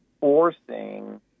forcing